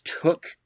took